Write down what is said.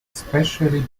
especially